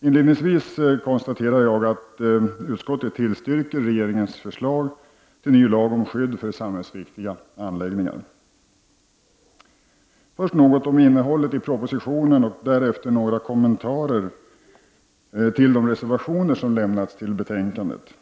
Inledningsvis konstaterar jag att utskottet tillstyrker regeringens förslag till ny lag om skydd för samhällsviktiga anläggningar. Först något om innehållet i propositionen och därefter några kommentarer till de reservationer som lämnats till betänkandet.